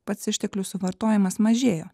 pats išteklių suvartojimas mažėjo